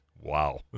Wow